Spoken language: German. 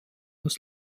das